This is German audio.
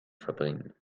verbringen